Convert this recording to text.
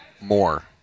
more